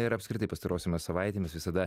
ir apskritai pastarosiomis savaitėmis visada